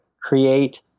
create